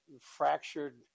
fractured